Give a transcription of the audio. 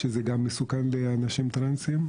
שזה גם מסוכן לאנשים טרנסים.